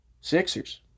Sixers